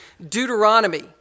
Deuteronomy